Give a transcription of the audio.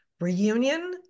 reunion